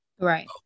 Right